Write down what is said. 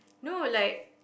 no like